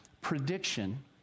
prediction